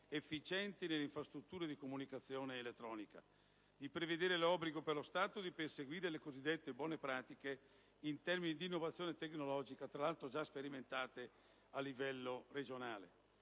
efficienti nelle infrastrutture di comunicazione elettronica, di prevedere l'obbligo per lo Stato di perseguire le cosiddette buone pratiche in termini di innovazione tecnologica, tra l'altro, già sperimentate a livello regionale.